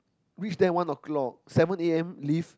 reach there one o'clock seven A_M leave